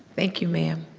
thank you, ma'am.